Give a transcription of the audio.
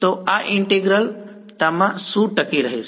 તો આ ઈન્ટીગ્રલ તામાં શું ટકી રહેશે